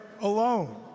alone